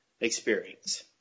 experience